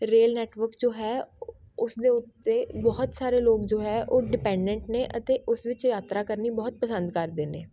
rail network ਜੋ ਹੈ ਉਸਦੇ ਉੱਤੇ ਬਹੁਤ ਸਾਰੇ ਲੋਕ ਜੋ ਹੈ ਉਹ ਡਿਪੈਂਡੈਂਟ ਨੇ ਅਤੇ ਉਸ ਵਿੱਚ ਯਾਤਰਾ ਕਰਨੀ ਬਹੁਤ ਪਸੰਦ ਕਰਦੇ ਨੇ